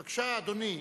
בבקשה, אדוני.